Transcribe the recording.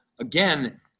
again